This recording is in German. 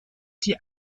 die